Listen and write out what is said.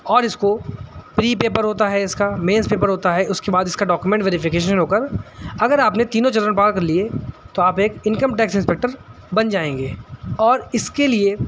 اور اس کو پری پیپر ہوتا ہے اس کا مینس پیپر ہوتا ہے اس کے بعد اس کا ڈاکمینٹ ویریفیکیشن ہو کر اگر آپ نے تینوں چرن پار کر لیے تو آپ ایک انکم ٹیکس انسپکٹر بن جائیں گے اور اس کے لیے